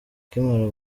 akimara